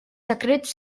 secrets